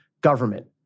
government